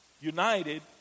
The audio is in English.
united